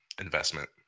investment